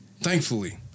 thankfully